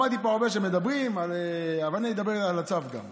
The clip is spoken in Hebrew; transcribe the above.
שמעתי פה הרבה שמדברים, אבל אני אדבר על הצו, גם.